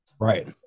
right